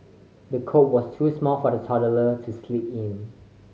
the cot was too small for the toddler to sleep in